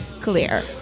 clear